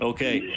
Okay